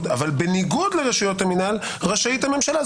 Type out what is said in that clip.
אבל בניגוד לרשויות המינהל רשאית הממשלה.